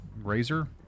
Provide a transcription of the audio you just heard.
Razor